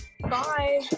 Bye